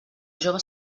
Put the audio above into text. jove